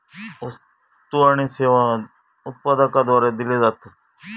वस्तु आणि सेवा उत्पादकाद्वारे दिले जातत